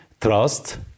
trust